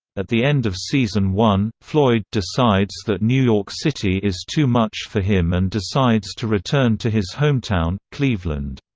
at the end of season one, floyd decides that new york city is too much for him and decides to return to his hometown, cleveland.